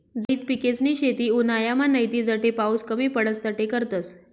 झैद पिकेसनी शेती उन्हायामान नैते जठे पाऊस कमी पडस तठे करतस